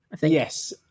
Yes